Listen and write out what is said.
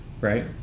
right